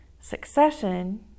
succession